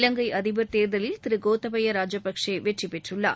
இவங்கை அதிபர் தேர்தலில் கோத்தபய ராஜபக்ச வெற்றி பெற்றுளார்